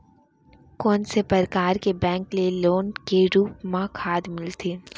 कोन से परकार के बैंक ले लोन के रूप मा खाद मिलथे?